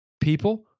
people